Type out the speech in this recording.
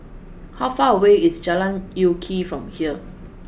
how far away is Jalan Lye Kwee from here